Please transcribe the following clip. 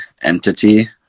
entity